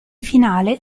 finale